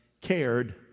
cared